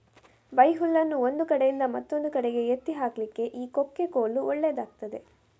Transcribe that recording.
ಬೈಹುಲ್ಲನ್ನು ಒಂದು ಕಡೆಯಿಂದ ಮತ್ತೊಂದು ಕಡೆಗೆ ಎತ್ತಿ ಹಾಕ್ಲಿಕ್ಕೆ ಈ ಕೊಕ್ಕೆ ಕೋಲು ಒಳ್ಳೇದಾಗ್ತದೆ